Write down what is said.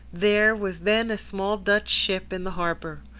there was then a small dutch ship in the harbour.